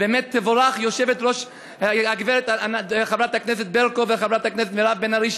ובאמת יבורכו חברת הכנסת ברקו וחברת הכנסת מירב בן ארי,